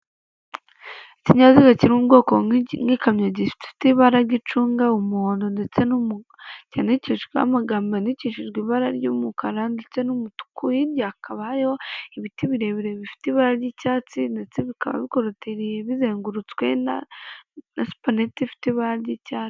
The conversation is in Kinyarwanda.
Ikinyazinaziga kiri mu bwoko nk'ikamyo gifite ibarara ry'icunga, umuhondo, ndetse cyandikishijweho amagambo yandikishijwe ibara ry'umukara ndetse n'umutuku, hirya hakaba hariyo ibiti birebire bifite ibara ry'icyatsi ndetse bikaba bikorotiriye bizengurutswe na na supaneti ifite ibara ry'icyatsi.